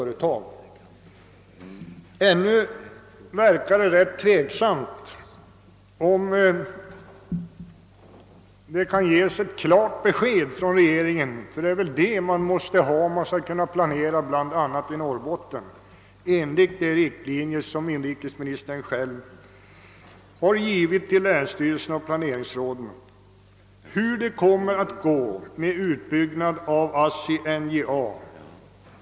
Men ännu är det väl ganska tveksamt huruvida vi kan få ett klart besked från regeringen, men det är vad vi måste ha när vi planerar i Norrbotten enligt de riktlinjer inrikesministern själv givit till länsstyrelserna och planeringsråden. Framför allt är det ett stort problem hur det kommer att gå med utbyggnaden av ASSI och NJA.